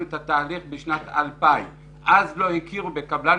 את התהליך בשנת 2,000. אז לא הכירו בקבלן